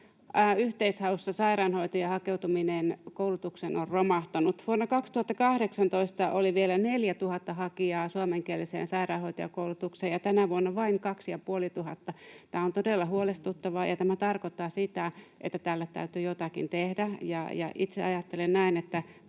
hakeutuminen sairaanhoitajien koulutukseen on romahtanut. Vuonna 2018 oli vielä neljätuhatta hakijaa suomenkieliseen sairaanhoitajakoulutukseen ja tänä vuonna vain kaksi- ja puolituhatta. Tämä on todella huolestuttavaa, ja tämä tarkoittaa sitä, että tälle täytyy jotakin tehdä. Itse ajattelen näin, että